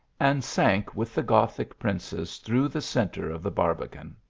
and sank with the gothic princess through the centre of the barbican.